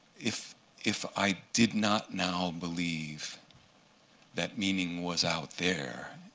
if if i did not now believe that meaning was out there,